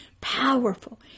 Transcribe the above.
powerful